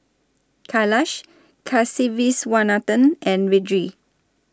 Kailash Kasiviswanathan and Vedre